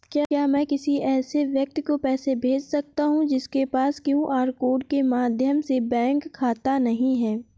क्या मैं किसी ऐसे व्यक्ति को पैसे भेज सकता हूँ जिसके पास क्यू.आर कोड के माध्यम से बैंक खाता नहीं है?